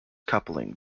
coupling